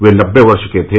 वे नब्बे वर्ष के थे